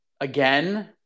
again